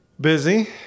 Busy